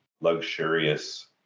luxurious